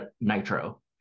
nitro